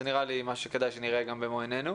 זה נראה משהו שכדאי שנראה במו עינינו.